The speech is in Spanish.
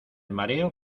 mareo